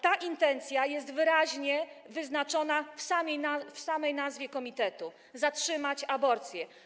Ta intencja jest wyraźnie wskazana w samej nazwie komitetu - zatrzymać aborcję.